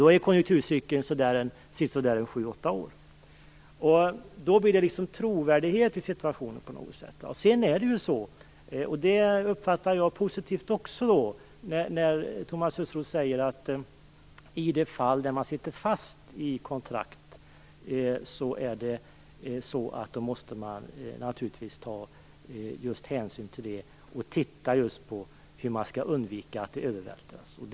En konjunkturcykel är då sju eller åtta år. Då blir det också trovärdighet i situationen. Thomas Östros säger - och det uppfattar jag som positivt - att i de fall företag sitter fast i kontrakt måste man ta hänsyn till det för att se hur man kan undvika en övervältring av kostnaderna.